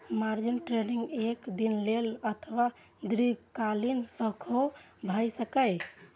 margin trading एक दिन लेल अथवा दीर्घकालीन सेहो भए सकैए